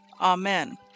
Amen